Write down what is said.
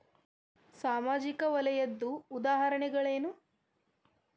ಸಾಮಾಜಿಕ ವಲಯದ್ದು ಉದಾಹರಣೆಗಳೇನು?